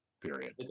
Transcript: Period